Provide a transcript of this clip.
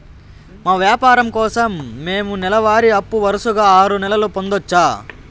మా వ్యాపారం కోసం మేము నెల వారి అప్పు వరుసగా ఆరు నెలలు పొందొచ్చా?